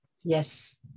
Yes